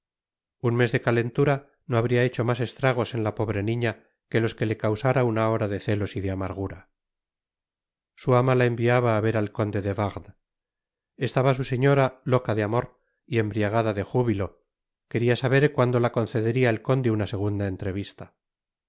un mes de calentura no habria hecho mas estragos en la pobre niña que los que le causara'una hora de celos y de amargura su ama la enviaba á ver al conde de wardes estaba su señora loca de amor y embriagada de júbilo queria saber cuando la concederia el conde una segunda entrevista